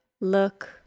look